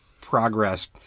progress